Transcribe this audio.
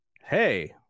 hey